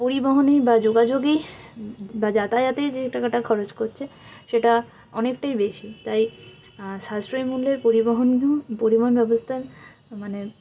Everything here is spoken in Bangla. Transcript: পরিবহনে বা যোগাযোগে বা যাতায়াতে যে টাকাটা খরচ করছে সেটা অনেকটাই বেশি তাই সাশ্রয় মূল্যের পরিবহন পরিবহন ব্যবস্থার মানে